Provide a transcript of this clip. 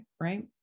right